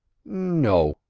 no,